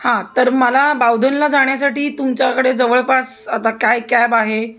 हां तर मला बावधनला जाण्यासाठी तुमच्याकडे जवळपास आता काय कॅब आहे